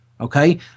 Okay